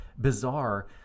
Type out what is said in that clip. bizarre